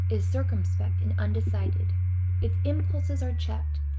is circumspect and undecided its impulses are checked,